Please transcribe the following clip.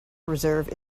reserve